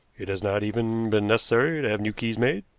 it has not even been necessary to have new keys made?